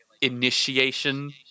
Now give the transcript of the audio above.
initiation